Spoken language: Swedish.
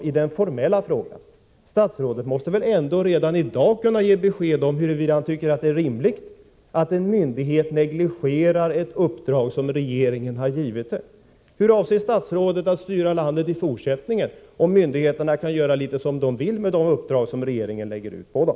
I den formella frågan måste väl statsrådet ändå redan i dag kunna ge besked om huruvida han tycker att det är rimligt att en myndighet negligerar ett uppdrag som regeringen har givit den. Hur avser statsrådet att styra landet i fortsättningen om myndigheterna kan göra litet hur de vill med de uppdrag som regeringen ger dem?